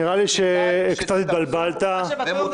נראה לי שקצת התבלבלת ----- ומוטב